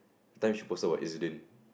that time she posted about Ezlyn